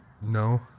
no